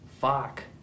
Fuck